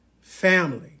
family